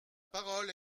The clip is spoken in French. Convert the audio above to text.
parole